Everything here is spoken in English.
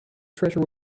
treasure